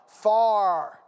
Far